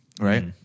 right